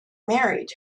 married